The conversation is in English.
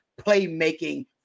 playmaking